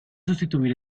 sustituir